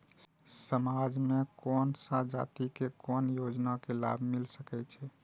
समाज में कोन सा जाति के कोन योजना के लाभ मिल सके छै?